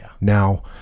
Now